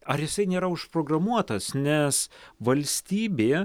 ar jisai nėra užprogramuotas nes valstybė